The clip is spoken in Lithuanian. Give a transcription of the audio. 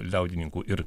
liaudininkų ir